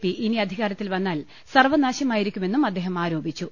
P ഇനി അധി കാരത്തിൽ വന്നാൽ സർവനാശമായിരിക്കുമെന്നും അദ്ദേഹം ആരോപിച്ചു